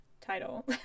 title